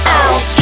out